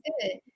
good